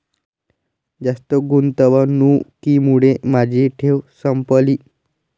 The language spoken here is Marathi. जास्त गुंतवणुकीमुळे माझी ठेव संपली